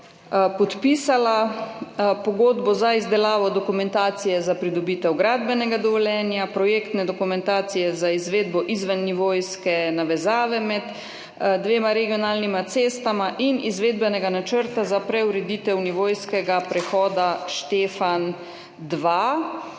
podpisala pogodbo za izdelavo dokumentacije za pridobitev gradbenega dovoljenja, projektne dokumentacije za izvedbo izvennivojske navezave med dvema regionalnima cestama in izvedbenega načrta za preureditev nivojskega prehoda Štefan 2.